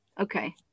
okay